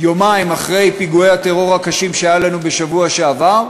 יומיים אחרי פיגועי הטרור הקשים שהיו לנו בשבוע שעבר.